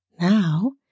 now